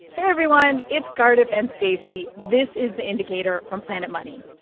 everyone. it's cardiff and stacey. this is the indicator from planet money.